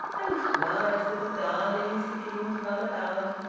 and clara's little darlings beginning to run about,